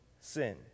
sin